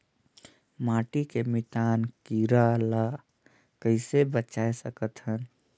माटी के मितान कीरा ल कइसे बचाय सकत हन?